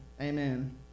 Amen